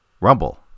Rumble